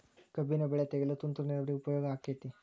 ಕಬ್ಬಿನ ಬೆಳೆ ತೆಗೆಯಲು ತುಂತುರು ನೇರಾವರಿ ಉಪಯೋಗ ಆಕ್ಕೆತ್ತಿ?